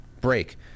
break